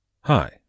hi